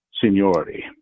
seniority